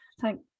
thank